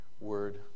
word